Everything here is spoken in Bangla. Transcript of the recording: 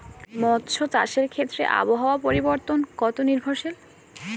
মৎস্য চাষের ক্ষেত্রে আবহাওয়া পরিবর্তন কত নির্ভরশীল?